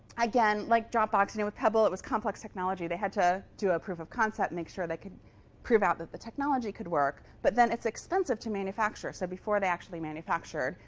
again, like dropbox, and with pebble, it was complex technology. they had to do a proof of concept, make sure they could prove out that the technology could work. but then it's expensive to manufacture, so before they actually manufactured,